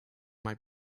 might